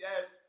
yes